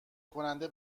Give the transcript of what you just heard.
کننده